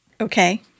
Okay